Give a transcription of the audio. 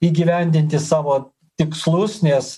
įgyvendinti savo tikslus nes